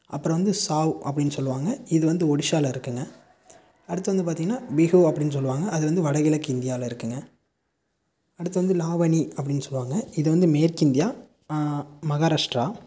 அப்புறம் வந்து சாவ் அப்டின்னு சொல்வாங்க இது வந்து ஒடிஷாவில் இருக்குங்க அடுத்து வந்து பார்த்தீங்கன்னா பிஹு அப்டின்னு சொல்வாங்க அது வந்து வடகிழக்கிந்தியாவில் இருக்குங்க அடுத்து வந்து லாவனி அப்டின்னு சொல்வாங்க இது வந்து மேற்கிந்தியா மகாராஷ்டிரா